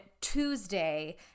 Tuesday